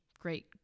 great